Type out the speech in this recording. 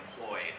employed